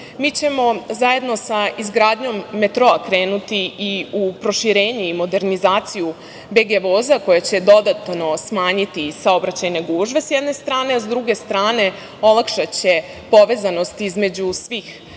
Mi ćemo zajedno sa izgradnjom metroa krenuti i u proširenje i modernizaciju BG voza, koji će dodatno smanjiti saobraćajne gužve s jedne strane, s druge strane, olakšaće povezanost između svih